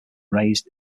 raised